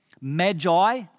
Magi